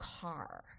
car